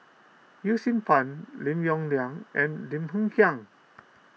Yee Siew Pun Lim Yong Liang and Lim Hng Kiang